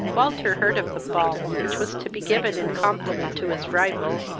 walter heard of the ball, which was to be given in compliment to his rival,